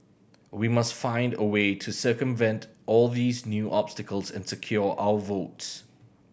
we must find a way to circumvent all these new obstacles and secure our votes